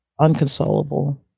unconsolable